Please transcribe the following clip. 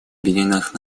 объединенных